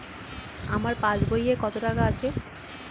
আমার পাস বইয়ে কত টাকা আছে?